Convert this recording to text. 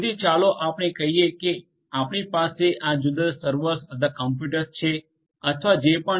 તેથી ચાલો આપણે કહીએ કે આપણી પાસે આ જુદા જુદા સર્વર્સ અથવા કમ્પ્યુટર છે અથવા જે પણ છે